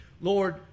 Lord